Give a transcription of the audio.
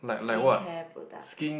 skincare products